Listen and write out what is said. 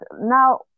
now